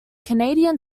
canadian